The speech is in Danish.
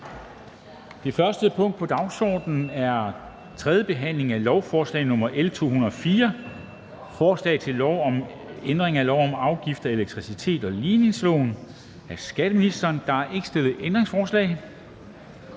Det første punkt på dagsordenen er: 1) 3. behandling af lovforslag nr. L 204: Forslag til lov om ændring af lov om afgift af elektricitet og ligningsloven. (Nedsættelse af den almindelige